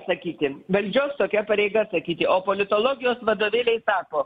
sakyti valdžios tokia pareiga sakyti o politologijos vadovėliai sako